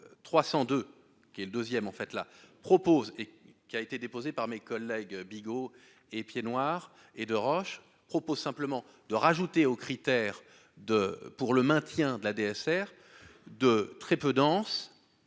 302 qui est deuxième, en fait, la propose et qui a été déposée par mes collègues Bigot et noirs et de roches propose simplement de rajouter aux critères de pour le maintien de la DSR de très peu dense